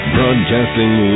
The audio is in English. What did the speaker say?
Broadcasting